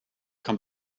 come